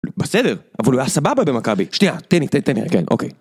בסדר, אבל הוא היה סבבה במכבי. שנייה, תן לי, תן לי, כן, אוקיי.